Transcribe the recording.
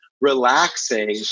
relaxing